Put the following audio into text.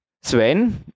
Sven